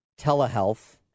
telehealth